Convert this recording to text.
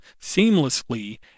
seamlessly